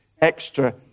extra